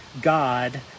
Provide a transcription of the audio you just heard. God